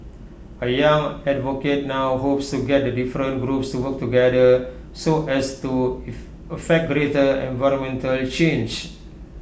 A young advocate now hopes to get the different groups to work together so as to effect greater environmental change